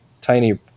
tiny